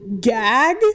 gag